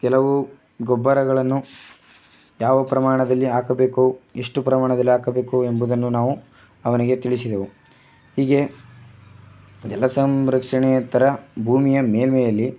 ಕೆಲವು ಗೊಬ್ಬರಗಳನ್ನು ಯಾವ ಪ್ರಮಾಣದಲ್ಲಿ ಹಾಕಬೇಕು ಎಷ್ಟು ಪ್ರಮಾಣದಲ್ಲಿ ಹಾಕಬೇಕು ಎಂಬುದನ್ನು ನಾವು ಅವನಿಗೆ ತಿಳಿಸಿದೆವು ಹೀಗೆ ಜಲಸಂರಕ್ಷಣೆಯ ಥರ ಭೂಮಿಯ ಮೇಲ್ಮೈಯಲ್ಲಿ